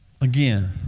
Again